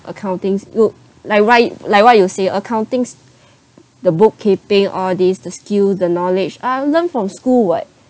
accountings you like right like what you say accountings the book-keeping all these the skill the knowledge I'll learn from school [what]